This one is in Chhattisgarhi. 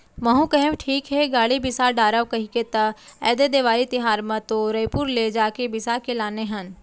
महूँ कहेव ठीक हे गाड़ी बिसा डारव कहिके त ऐदे देवारी तिहर म तो रइपुर ले जाके बिसा के लाने हन